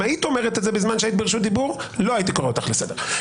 אם היית אומרת את זה בזמן שהיית ברשות דיבור לא הייתי קורא אותך לסדר.